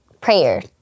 prayer